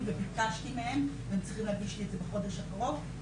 וביקשתי מהם והם צריכים להגיש לי בחודש הקרוב,